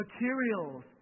materials